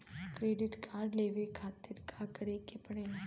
Credit card लेवे खातिर का करे के पड़ेला?